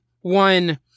one